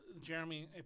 Jeremy